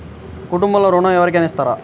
కుటుంబంలో ఋణం ఎవరికైనా ఇస్తారా?